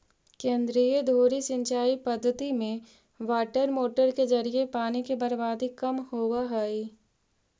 केंद्रीय धुरी सिंचाई पद्धति में वाटरमोटर के जरिए पानी के बर्बादी कम होवऽ हइ